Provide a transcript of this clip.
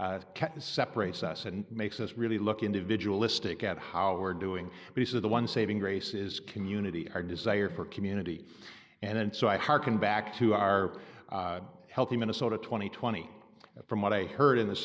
and makes us really look individualistic at how we're doing this is the one saving grace is community our desire for community and then so i hearken back to our healthy minnesota twenty twenty from what i heard in the